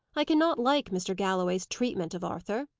i cannot like mr. galloway's treatment of arthur.